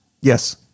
Yes